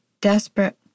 desperate